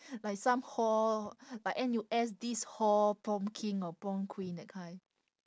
like some hall like N_U_S this hall prom king or prom queen that kind